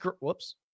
Whoops